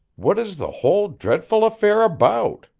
what is the whole dreadful affair about?